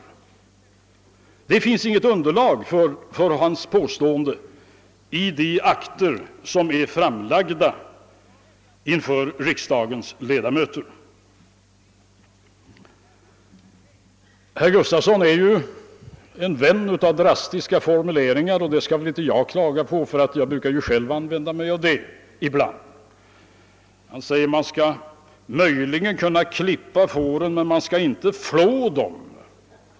I de akter som är framlagda för riksdagens ledamöter finns inget underlag för hans påstående. Herr Gustafson är en vän av drastiska formuleringar, och det bör väl inte jag klaga på, eftersom jag också ibland använder sådana. Han säger att man möjligen kan klippa fåren men att man inte bör flå dem.